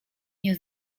nie